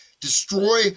destroy